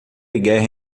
guerra